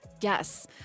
Yes